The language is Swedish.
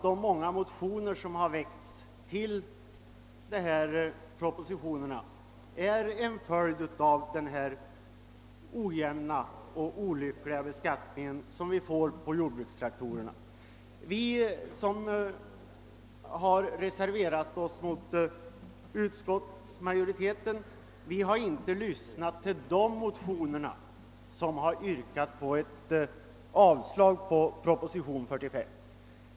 De många motioner som har väckts i anslutning till propositionen är en följd av förslaget om den olyckliga beskattning som vi får på jordbrukstraktorerna. Vi som har reserverat oss mot utskottsmajoriteten har inte lyssnat till de motionärer som yrkat avslag på proposition nr 45.